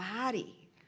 body